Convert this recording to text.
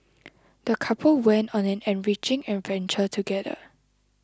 the couple went on an enriching adventure together